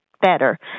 better